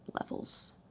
levels